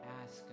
ask